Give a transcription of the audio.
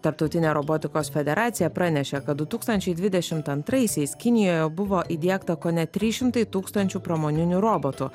tarptautinė robotikos federacija pranešė kad du tūkstančiai dvidešimt antraisiais kinijoje buvo įdiegta kone trys šimtai tūkstančių pramoninių robotų